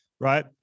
right